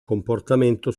comportamento